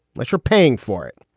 like you're paying for it.